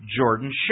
Jordan